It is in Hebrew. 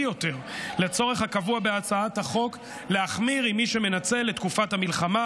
יותר לצורך הקבוע בהצעת החוק ולהחמיר עם מי שמנצל את תקופת המלחמה.